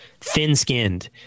thin-skinned